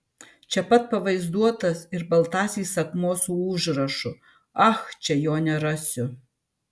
čia pat pavaizduotas ir baltasis akmuo su užrašu ach čia jo nerasiu